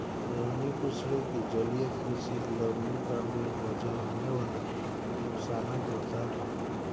रोहिणी पूछले कि जलीय कृषित लवणीकरनेर वजह होने वाला नुकसानक बता